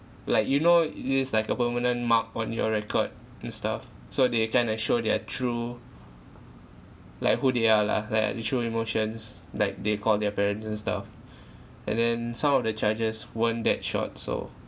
like you know it is like a permanent mark on your record and stuff so they kind of show their true like who they are lah like their true emotions like they call their parents and stuff and then some of the charges weren't that short so